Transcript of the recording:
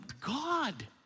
God